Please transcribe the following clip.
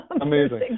Amazing